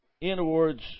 inwards